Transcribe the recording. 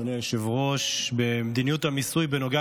אדוני היושב-ראש על מדיניות המיסוי בנוגע